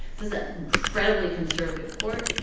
this is an incredibly conservative court.